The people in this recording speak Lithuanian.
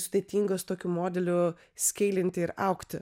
sudėtinga su tokiu modeliu skeilinti ir augti